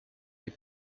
les